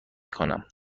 کنم